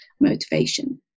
motivation